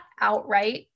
outright